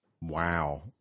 Wow